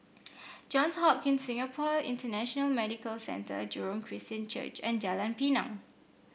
Johns Hopkins Singapore International Medical Centre Jurong Christian Church and Jalan Pinang